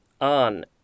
on